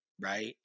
right